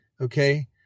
Okay